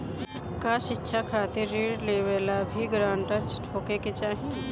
का शिक्षा खातिर ऋण लेवेला भी ग्रानटर होखे के चाही?